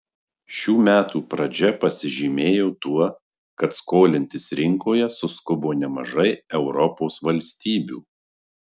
šių metų pradžia pasižymėjo tuo kad skolintis rinkoje suskubo nemažai europos valstybių